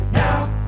now